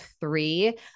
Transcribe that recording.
three